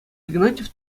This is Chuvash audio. игнатьев